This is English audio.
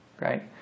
Right